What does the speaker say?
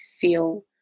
feel